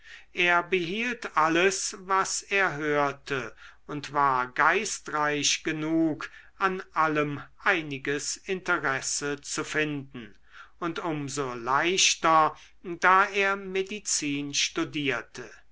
er behielt alles was er hörte und war geistreich genug an allem einiges interesse zu finden und um so leichter da er medizin studierte